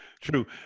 true